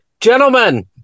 Gentlemen